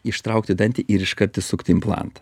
ištraukti dantį ir iškart įsukti implantą